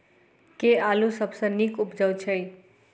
केँ आलु सबसँ नीक उबजय छै?